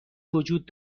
وجود